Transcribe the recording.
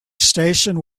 station